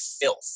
filth